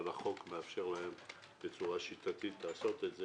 אבל החוק מאפשר להם בצורה שיטתית לעשות את זה